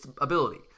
ability